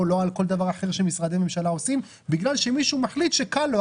או לא על כל דבר אחר שמשרדי הממשלה עושים בגלל שמישהו מחליט שכאן לא.